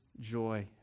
joy